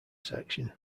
section